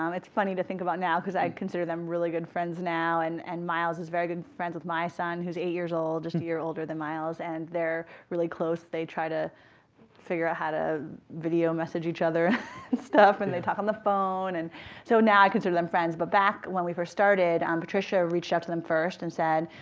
um it's funny to think about now, because i consider them really good friends now and and miles is very good friends with my son who's eight years old, just a year older than miles. and they're really close. they try to figure out how to video message each other and stuff, and they talk on the phone. so now i consider them friends. but back when we first started, um patricia reached out to them first and said,